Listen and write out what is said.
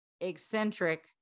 eccentric